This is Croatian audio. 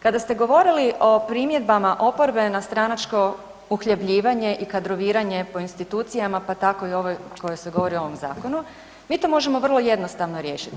Kada ste govorili o primjedbama oporbe na stranačko uhljebljivanje i kadroviranje po institucijama pa tako i ovoj o kojoj se govori u ovom zakonu, mi to možemo vrlo jednostavno riješiti.